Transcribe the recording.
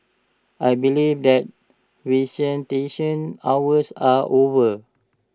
I believe that visitation hours are over